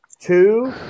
two